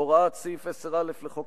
הוראת סעיף 10(א) לחוק